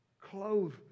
Clothe